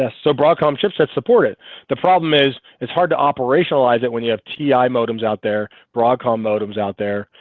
ah so broadcom chipset support it the problem is it's hard to operationalize it when you have t i modems out there broadcom modems out there,